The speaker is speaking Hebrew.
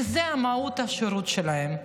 כי זו מהות השירות שלהם.